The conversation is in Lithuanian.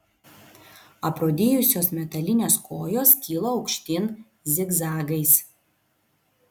aprūdijusios metalinės kojos kilo aukštyn zigzagais